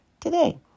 today